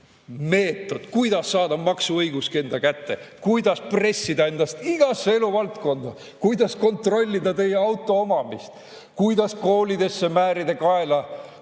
meetod, kuidas saada maksuõigusi enda kätte, kuidas pressida ennast igasse eluvaldkonda, kuidas kontrollida teie autoomamist, kuidas koolidesse määrida kaela